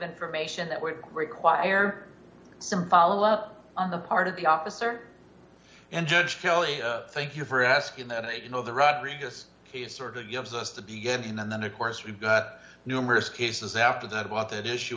information that would require some follow up on the part of the officer and judge kelly thank you for asking that you know the rodriguez case sort of gives us the beginning and then of course we've got numerous cases after that about that issue